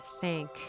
thank